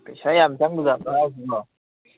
ꯄꯩꯁꯥ ꯌꯥꯝ ꯆꯪꯕꯖꯥꯠꯂꯣ ꯍꯥꯏꯁꯤꯕꯨ